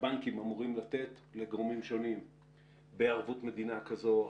שהבנקים אמורים לתת לגורמים שונים בערבות מדינה.